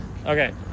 Okay